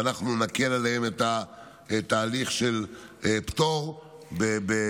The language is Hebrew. ואנחנו נקל עליהם את התהליך של פטור במבנים